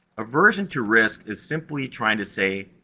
aversion to risk is simply trying to say,